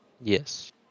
yes